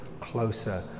closer